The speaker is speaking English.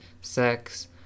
sex